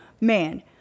man